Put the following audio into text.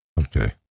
okay